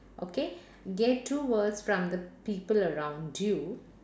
okay get two words from the people around you